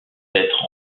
être